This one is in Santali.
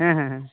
ᱦᱮᱸ ᱦᱮᱸ